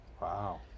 Wow